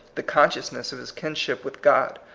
the consciousness of his kinship with god,